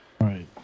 Right